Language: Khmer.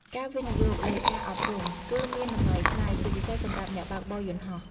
ការវិនិយោគលើការអប់រំ គឺមានតម្លៃថ្លៃ ជាពិសេសសម្រាប់អ្នកបើកបរយន្តហោះ។